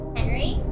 Henry